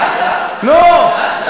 לא, שאלת.